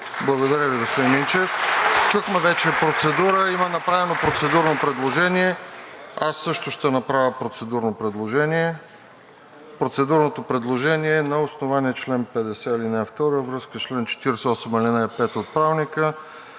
Благодаря Ви, господин Минчев. Чухме вече процедура. Има направено процедурно предложение. Аз също ще направя процедурно предложение. Процедурното предложение е на основание чл. 50, ал. 2 във връзка с чл. 48, ал. 5 от Правилника